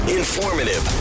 informative